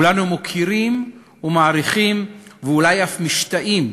כולנו מוקירים ומעריכים, ואולי אף משתאים